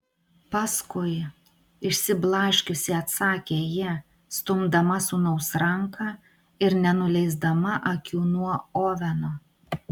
paskui išsiblaškiusi atsakė ji stumdama sūnaus ranką ir nenuleisdama akių nuo oveno